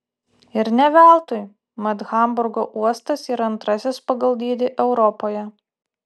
ir ne veltui mat hamburgo uostas yra antrasis pagal dydį europoje